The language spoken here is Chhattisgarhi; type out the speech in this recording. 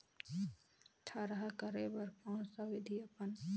थरहा करे बर कौन सा विधि अपन?